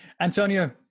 Antonio